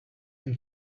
him